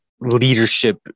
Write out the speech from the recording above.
leadership